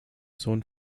sohn